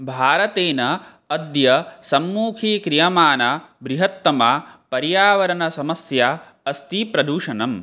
भारतेन अद्य सम्मुखीक्रियमाणा बृहत्तमा पर्यावरणसमस्या अस्ति प्रदूषणम्